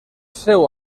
seu